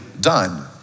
done